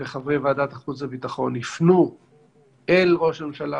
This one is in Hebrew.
וחברי ועדת החוץ והביטחון יפנו אל ראש הממשלה